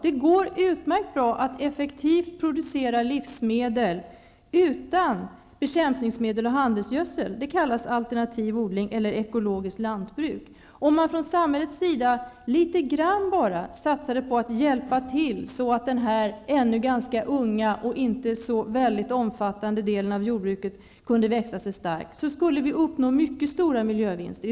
Det går utmärkt bra att effektivt producera livsmedel utan bekämpningsmedel och handelsgödsel. Det kallas alternativ odling eller ekologiskt lantbruk. Om man från samhällets sida bara satsade litet grand på att hjälpa till att så att denna ännu ganska unga och inte så omfattande delen av jordbruket kunde växa sig stark, skulle vi uppnå mycket stora miljövinster.